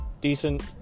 decent